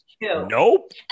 nope